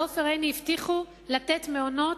לעופר עיני הבטיחו לתת מעונות,